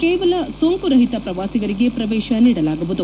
ಕೇವಲ ಸೋಂಕುರಹಿತ ಪ್ರವಾಸಿಗರಿಗೆ ಪ್ರವೇಶ ನೀಡಲಾಗುವುದು